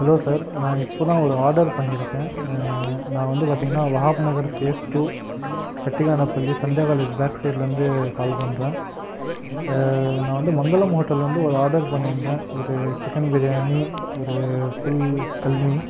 hello sir நான் இப்போது தான் ஒரு ஆர்டர் பண்ணியிருக்கேன் நான் வந்து பார்த்தீங்கனா Wahab Nagar phase two Kattikanapalli Sandhya college back சைடிலேருந்து கால் பண்ணுறேன் நான் வந்து மங்களம் ஹோட்டலில் வந்து ஒரு ஆர்டர் பண்ணியிருந்தேன் ஒரு சிக்கன் பிரியாணி ஒரு ஃபுல் கல்மி